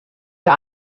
der